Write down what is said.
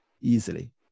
easily